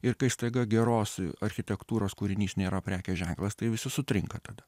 ir kai staiga geros architektūros kūrinys nėra prekės ženklas tai visi sutrinka tada